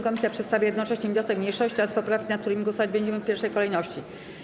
Komisja przedstawia jednocześnie wniosek mniejszości oraz poprawki, nad którymi głosować będziemy w pierwszej kolejności.